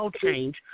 Change